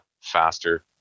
faster